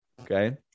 okay